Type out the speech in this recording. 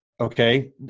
okay